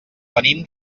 venim